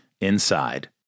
inside